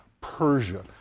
Persia